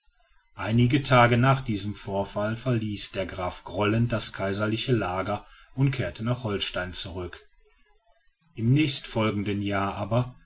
einige tage nach diesem vorfall verließ der graf grollend das kaiserliche lager und kehrte nach holstein zurück im nächstfolgenden jahr aber